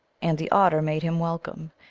and the otter made him welcome,